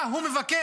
מה הוא מבקש?